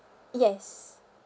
yes